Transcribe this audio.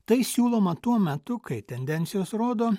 tai siūloma tuo metu kai tendencijos rodo